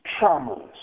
traumas